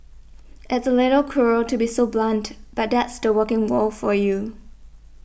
it's a little cruel to be so blunt but that's the working world for you